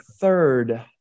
Third